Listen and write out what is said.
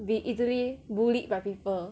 be easily bullied by people